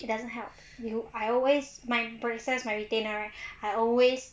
doesn't help you I always my process my retainer I always